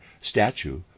statue